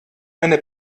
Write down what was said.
meine